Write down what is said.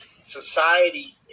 society